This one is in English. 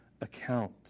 account